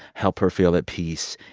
help her feel at peace.